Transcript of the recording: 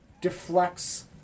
deflects